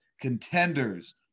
contenders